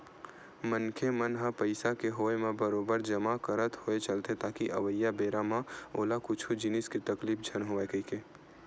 मनखे मन ह पइसा के होय म बरोबर जमा करत होय चलथे ताकि अवइया बेरा म ओला कुछु जिनिस के तकलीफ झन होवय कहिके